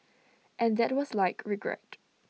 and that was like regret